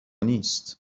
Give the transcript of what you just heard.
نیست